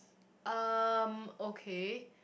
um okay